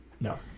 No